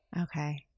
Okay